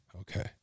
Okay